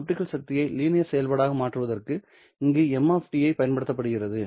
optical சக்தியை linear செயல்பாடாக மாற்றுவதற்கு இங்கு m பயன்படுத்தப்படுகிறது